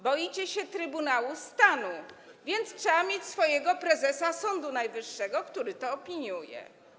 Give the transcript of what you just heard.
Boicie się Trybunału Stanu, więc trzeba mieć swojego prezesa Sądu Najwyższego, który to opiniuje.